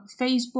Facebook